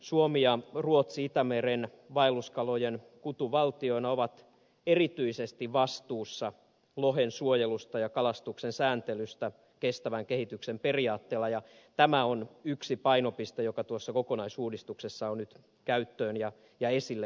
suomi ja ruotsi itämeren vaelluskalojen kutuvaltioina ovat erityisesti vastuussa lohen suojelusta ja kalastuksen sääntelystä kestävän kehityksen periaatteella ja tämä on yksi painopiste joka tuossa kokonaisuudistuksessa on nyt käyttöön ja esille nostettu